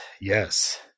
yes